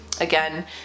again